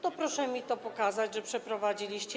To proszę mi pokazać, że przeprowadziliście.